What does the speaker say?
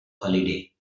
holiday